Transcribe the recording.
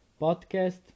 podcast